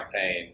pain